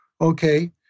okay